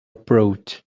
approach